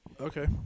Okay